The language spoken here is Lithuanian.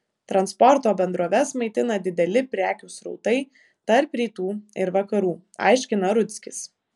transporto bendroves maitina dideli prekių srautai tarp rytų ir vakarų aiškina rudzkis